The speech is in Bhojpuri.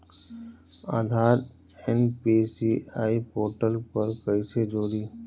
आधार एन.पी.सी.आई पोर्टल पर कईसे जोड़ी?